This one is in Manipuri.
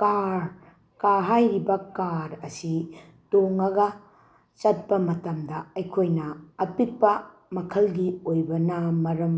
ꯀꯥꯔ ꯀꯥꯔ ꯍꯥꯏꯔꯤꯕ ꯀꯥꯔ ꯑꯁꯤ ꯇꯣꯡꯉꯒ ꯆꯠꯄ ꯃꯇꯝꯗ ꯑꯩꯈꯣꯏꯅ ꯑꯄꯤꯛꯄ ꯃꯈꯜꯒꯤ ꯑꯣꯏꯕꯅ ꯃꯔꯝ